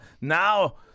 Now